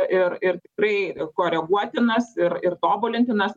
ir ir tikrai koreguotinas ir ir tobulintinas